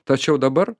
tačiau dabar